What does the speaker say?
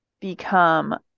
become